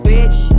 Bitch